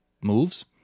moves